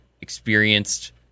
experienced